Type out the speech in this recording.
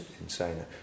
insane